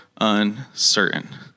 uncertain